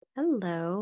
Hello